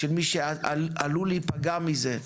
שמי שעלול להיפגע מזה,